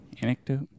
Anecdote